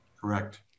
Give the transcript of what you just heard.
Correct